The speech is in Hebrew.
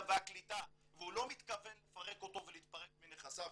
והקליטה והוא לא מתכוון לפרק אותו ולהתפרק מנכסיו,